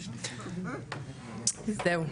זהו.